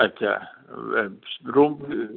अच्छा रूम